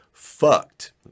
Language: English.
fucked